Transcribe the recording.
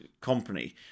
company